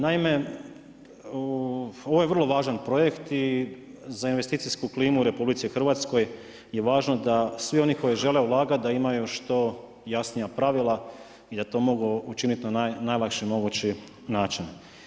Naime, ovo je vrlo važan projekt i za investicijsku klimu u RH je važno da svi oni koji žele ulagati da imaju što jasnija pravila i da to mogu učiniti na najlakši mogući način.